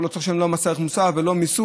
והוא לא צריך לשלם לא מס ערך מוסף ולא מיסוי.